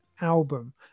album